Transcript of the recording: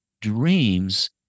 dreams